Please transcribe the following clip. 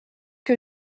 que